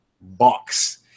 box